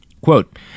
Quote